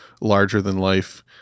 larger-than-life